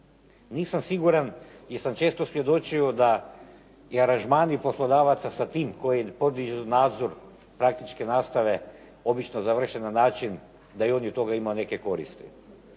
Nisam siguran, jer sam često svjedočio da i aranžmani poslodavaca sa tim koji podižu nadzor praktičke nastave obično završe na način da i oni od toga imaju neke koristi.